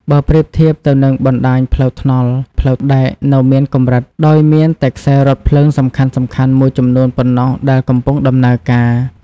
បើប្រៀបធៀបទៅនឹងបណ្តាញផ្លូវថ្នល់ ផ្លូវដែកនៅមានកម្រិត ដោយមានតែខ្សែរថភ្លើងសំខាន់ៗមួយចំនួនប៉ុណ្ណោះដែលកំពុងដំណើរការ។